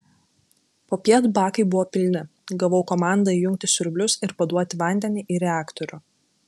popiet bakai buvo pilni gavau komandą įjungti siurblius ir paduoti vandenį į reaktorių